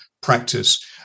practice